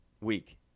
week